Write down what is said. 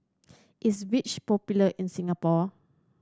is Vichy popular in Singapore